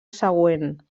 següent